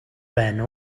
байна